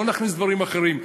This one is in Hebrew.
לא נכניס דברים אחרים,